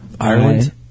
Ireland